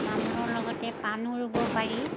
তামোলৰ লগতে পাণো ৰুব পাৰি